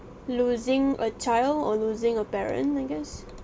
losing a child or losing a parent I guess